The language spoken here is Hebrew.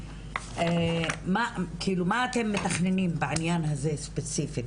מה כאילו מה אתם מתכננים בעניין הזה ספציפית,